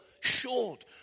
short